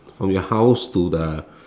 from your house to the